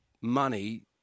money